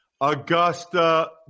Augusta